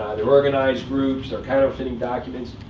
there are organized groups. they're counterfeiting documents.